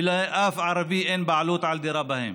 ולאף ערבי אין בעלות על דירה בהם.